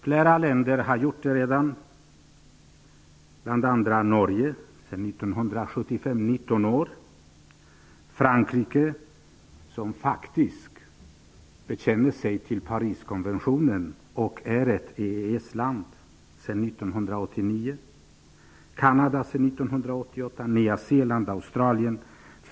Flera länder har redan gjort det, bl.a. Norge sedan 19 år, år 1975, Frankrike, som faktiskt bekänner sig till Pariskonventionen och som är ett EES-land, sedan 1989, Kanada sedan 1988, Nya Zeeland och Australien.